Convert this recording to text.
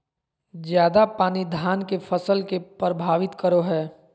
ज्यादा पानी धान के फसल के परभावित करो है?